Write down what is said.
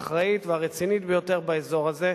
האחראית והרצינית ביותר באזור הזה,